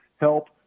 help